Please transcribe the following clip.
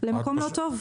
למקום לא טוב.